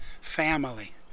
family